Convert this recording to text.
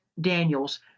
daniels